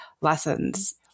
lessons